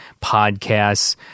podcasts